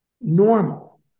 normal